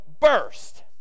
burst